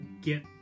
get